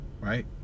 right